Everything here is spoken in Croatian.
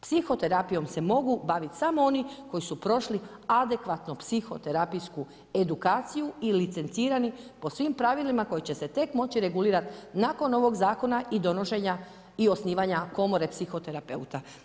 Psihoterapijom se mogu baviti samo oni koji su prošli adekvatno psihoterapijsku edukaciju i licencirani po svim pravilima koji će se tek moći regulirat nakon ovog zakona i donošenja i osnivanja komore psihoterapeuta.